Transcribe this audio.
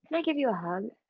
i give you a hug?